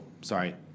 sorry